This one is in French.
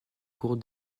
cours